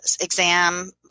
exam